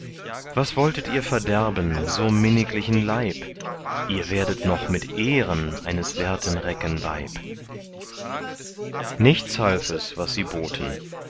was wolltet ihr verderben so minniglichen leib ihr werdet noch mit ehren eines werten recken weib nichts half es was sie boten